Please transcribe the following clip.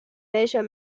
welcher